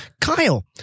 kyle